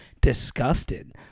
disgusted